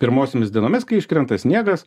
pirmosiomis dienomis kai iškrenta sniegas